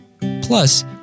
plus